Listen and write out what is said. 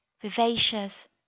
vivacious